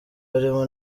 barimo